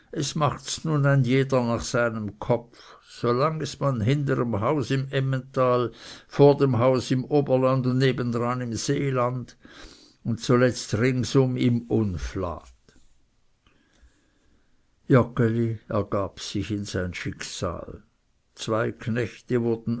es machts nun ein jeder nach seinem kopf so ist man hinger em haus im emmental vor dem haus im oberland und nebendran im seeland und zuletzt ringsum im uflat joggeli ergab sich in sein schicksal zwei knechte wurden